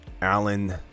Allen